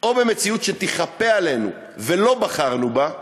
או במציאות שתיכפה עלינו ולא בחרנו בה,